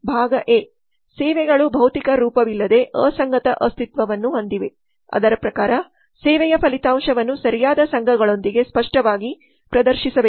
ಭಾಗ ಎ ಸೇವೆಗಳು ಭೌತಿಕ ರೂಪವಿಲ್ಲದೆ ಅಸಂಗತ ಅಸ್ತಿತ್ವವನ್ನು ಹೊಂದಿವೆ ಅದರ ಪ್ರಕಾರ ಸೇವೆಯ ಫಲಿತಾಂಶವನ್ನು ಸರಿಯಾದ ಸಂಘಗಳೊಂದಿಗೆ ಸ್ಪಷ್ಟವಾಗಿ ಪ್ರದರ್ಶಿಸಬೇಕು